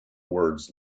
words